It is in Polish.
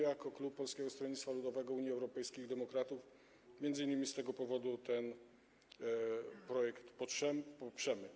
Jako klub Polskiego Stronnictwa Ludowego - Unii Europejskich Demokratów m.in. z tego powodu ten projekt poprzemy.